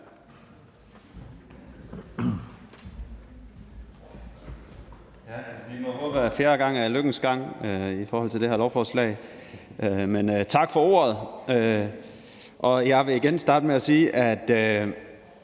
vi må håbe, at fjerde gang er lykkens gang i forhold til det her lovforslag. Men tak for ordet, og jeg vil igen starte med at sige, at